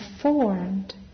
formed